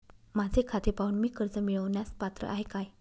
माझे खाते पाहून मी कर्ज मिळवण्यास पात्र आहे काय?